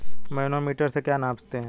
Manometer से क्या नापते हैं?